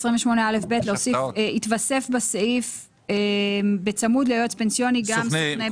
סעיף 28א(ב) להוסיף "יתווסף בסעיף בצמוד ליועץ פנסיוני גם סוכני ביטוח".